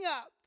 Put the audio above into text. up